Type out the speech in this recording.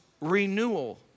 renewal